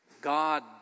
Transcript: God